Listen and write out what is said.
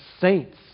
saints